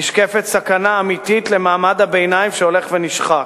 נשקפת סכנה אמיתית למעמד הביניים, שהולך ונשחק.